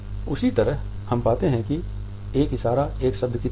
उसी तरह हम पाते हैं कि एक इशारा एक शब्द की तरह है